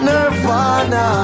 Nirvana